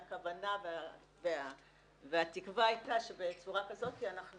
והכוונה והתקווה הייתה שבצורה כזאת אנחנו